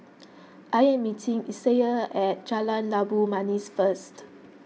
I am meeting Isaiah at Jalan Labu Manis first